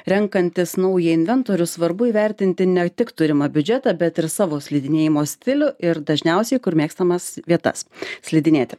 renkantis naują inventorių svarbu įvertinti ne tik turimą biudžetą bet ir savo slidinėjimo stilių ir dažniausiai kur mėgstamas vietas slidinėti